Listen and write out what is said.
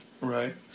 Right